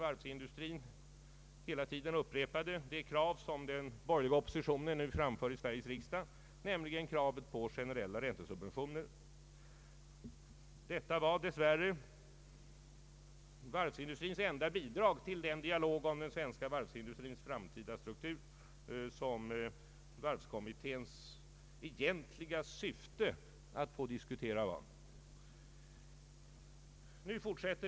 Varvsindustrin upprepade hela tiden det krav som den borgerliga oppositionen nu framför i Sveriges riksdag, nämligen kravet på generella räntesubventioner. Detta var dess värre varvsindustrins enda bidrag till den dialog om den svenska varvsindustrins framtida struktur som det var varvskommitténs egentliga syfte att föra.